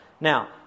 Now